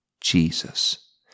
Jesus